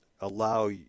allow